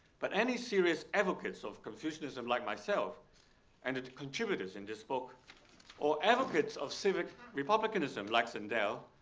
but any serious advocates of confucianism like myself and it contributors in this book or advocates of civic republicanism like sandel,